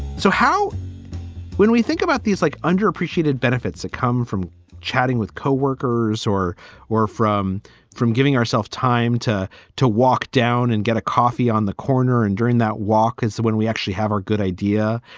so how when we think about these like underappreciated benefits that come from chatting with coworkers or or from from giving ourself time to to walk down and get a coffee on the corner, and during that walk is when we actually have a good idea.